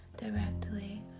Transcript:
directly